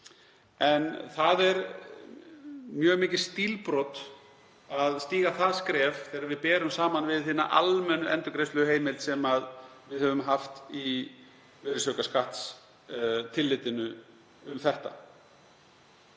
en það er mjög mikið stílbrot að stíga það skref þegar við berum saman við hina almennu endurgreiðsluheimild sem við höfum haft í virðisaukaskattstillitinu um þetta.